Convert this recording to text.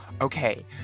okay